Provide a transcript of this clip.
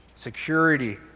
Security